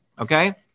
okay